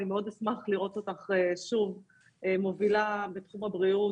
אשמח מאוד לראות אותך שוב מובילה בתחום הבריאות,